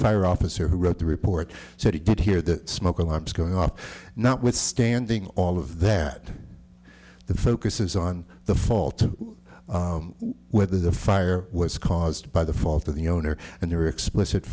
fire officer who wrote the report said he did hear that smoke alarms going off notwithstanding all of that the focus is on the fall to whether the fire was caused by the fault of the owner and their explicit